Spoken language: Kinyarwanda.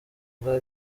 bwa